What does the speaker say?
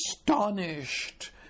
astonished